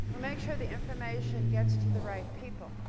but make sure the information gets to the right people.